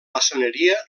maçoneria